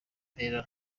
alain